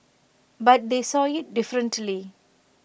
but they saw IT differently